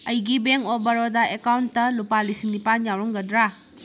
ꯑꯩꯒꯤ bank of Baroda ꯑꯦꯀꯥꯎꯟꯗ ꯂꯨꯄꯥ ꯂꯤꯁꯤꯡ ꯅꯤꯄꯥꯜ ꯌꯥꯎꯔꯝꯒꯗ꯭ꯔꯥ